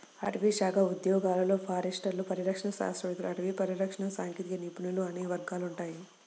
అటవీశాఖ ఉద్యోగాలలో ఫారెస్టర్లు, పరిరక్షణ శాస్త్రవేత్తలు, అటవీ పరిరక్షణ సాంకేతిక నిపుణులు అనే వర్గాలు ఉంటాయి